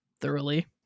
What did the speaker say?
thoroughly